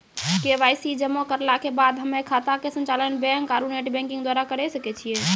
KYC जमा करला के बाद हम्मय खाता के संचालन बैक आरू नेटबैंकिंग द्वारा करे सकय छियै?